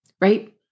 right